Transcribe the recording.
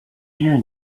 you